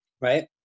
right